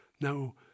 Now